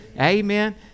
Amen